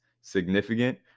significant